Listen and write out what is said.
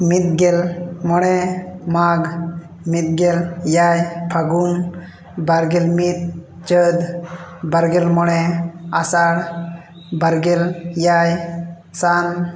ᱢᱤᱫᱜᱮᱞ ᱢᱚᱬᱮ ᱢᱟᱜᱽ ᱢᱤᱫᱜᱮᱞ ᱮᱭᱟᱭ ᱯᱷᱟᱜᱩᱱ ᱵᱟᱨᱜᱮᱞ ᱢᱤᱫ ᱪᱟᱹᱛ ᱵᱟᱨᱜᱮᱞ ᱢᱚᱬᱮ ᱟᱥᱟᱲ ᱵᱟᱨᱜᱮᱞ ᱮᱭᱟᱭ ᱥᱟᱱ